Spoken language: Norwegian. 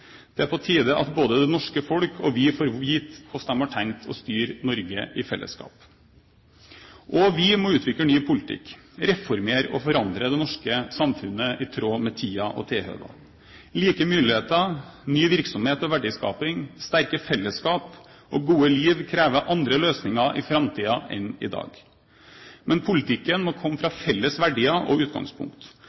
Det er på tide at både det norske folk og vi får vite hvordan de har tenkt å styre Norge i fellesskap. Også vi må utvikle ny politikk, reformere og forandre det norske samfunnet i tråd med tiden og tilhøva. Like muligheter, ny virksomhet og verdiskaping, sterke fellesskap og gode liv krever andre løsninger i framtiden enn i dag. Men politikken må komme fra felles verdier og utgangspunkt.